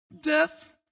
death